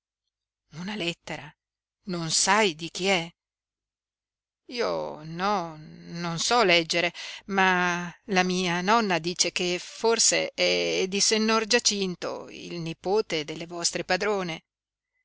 una lettera non sai di chi è io no non so leggere ma la mia nonna dice che forse è di sennor giacinto il nipote delle vostre padrone